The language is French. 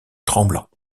tremblants